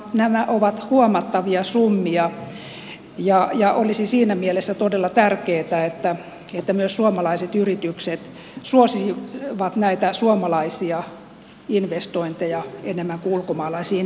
nämä ovat huomattavia summia ja olisi siinä mielessä todella tärkeätä että myös suomalaiset yritykset suosisivat näitä suomalaisia investointeja enemmän kuin ulkomaalaisinvestointeja